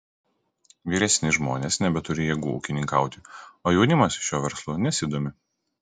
vyresni žmonės nebeturi jėgų ūkininkauti o jaunimas šiuo verslu nesidomi